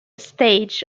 stage